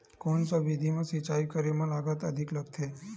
कोन सा विधि म सिंचाई करे म लागत अधिक लगथे?